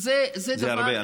זה הרבה.